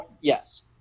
Yes